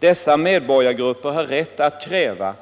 Dessa medborgargrupper har rätt att kräva